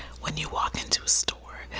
when you walk into a store,